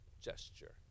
gesture